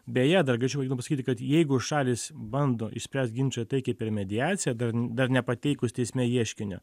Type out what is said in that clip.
beje dar galėčiau jums pasakyti kad jeigu šalys bando išspręsti ginčą taikiai per mediaciją dar dar nepateikus teisme ieškinio